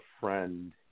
friend